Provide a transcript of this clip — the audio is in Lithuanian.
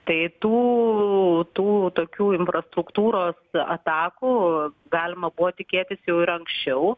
tai tų tų tokių infrastruktūros atakų galima buvo tikėtis jau ir anksčiau